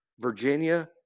Virginia